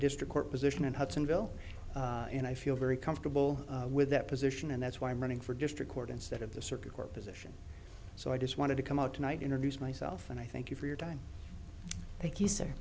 district court position and hudsonville and i feel very comfortable with that position and that's why i'm running for district court instead of the circuit court position so i just wanted to come out tonight introduce myself and i thank you for your time